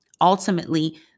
ultimately